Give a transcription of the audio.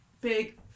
big